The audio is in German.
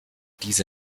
diese